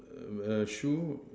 err shoe